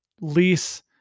lease